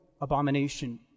abomination